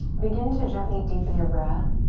begin to gently deepen your breath.